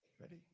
ready